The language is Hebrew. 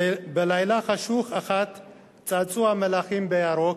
בלילה חשוך אחד צצו המלאכים בירוק,